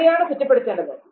ആരെയാണ് കുറ്റപ്പെടുത്തേണ്ടത്